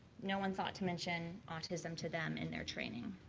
no one thought to mention autism to them in their training.